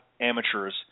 amateurs